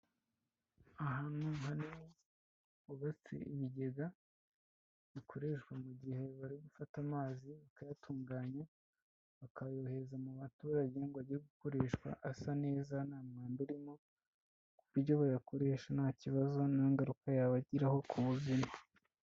Ahantu hanini bubatse ibigega bikoreshwa mu gihe bari gufata amazi bakayatunganya bakayohereza mu baturage ngo ajye gukoreshwa asa neza nta mwanda urimo ku buryo bayakoresha nta kibazo nta ngaruka yabagiraho in o ku buzima.